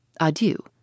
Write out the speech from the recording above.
adieu